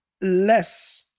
less